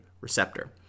receptor